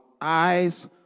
eyes